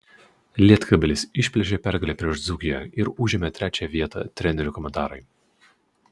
lietkabelis išplėšė pergalę prieš dzūkiją ir užėmė trečią vietą trenerių komentarai